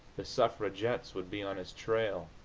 the suffragettes would be on his trail,